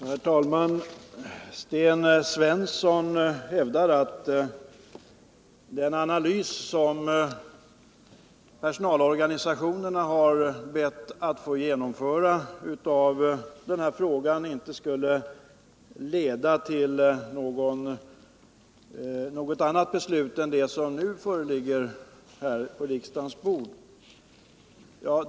Herr talman! Sten Svensson hävdar att den analys som personalorganisationerna har bett att få genomföra av den här frågan inte skulle leda till något annat beslut än det som nu ligger på riksdagens bord.